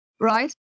right